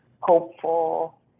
hopeful